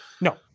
No